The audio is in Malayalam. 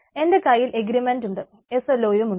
എന്റെ കയ്യിൽ എഗ്രിമെന്റുമുണ്ട് SLO യും ഉണ്ട്